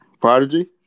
Prodigy